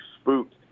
spooked